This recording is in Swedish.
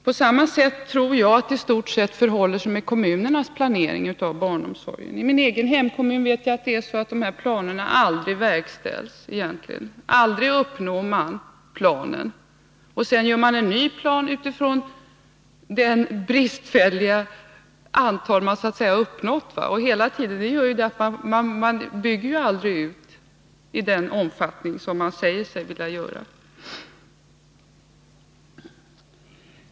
På samma sätt tror jag att det i stort sett förhåller sig med kommunernas planering av barnomsorgen. I min egen kommun har planerna aldrig verkställts. Man uppnår aldrig planens målsättning, och sedan gör man en ny plan utifrån det låga antal man har uppnått. Det gör att utbyggnaden aldrig sker i den omfattning man säger sig vilja ha.